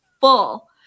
full